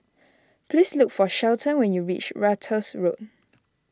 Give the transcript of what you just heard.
please look for Shelton when you reach Ratus Road